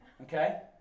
okay